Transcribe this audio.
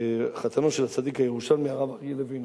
חתנו של הצדיק הירושלמי הרב אריה לוין.